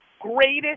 greatest